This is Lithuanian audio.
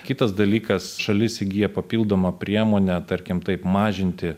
kitas dalykas šalis įgyja papildomą priemonę tarkim taip mažinti